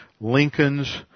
Lincoln's